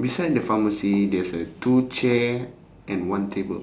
beside the pharmacy there's a two chair and one table